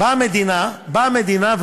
באה המדינה ואומרת: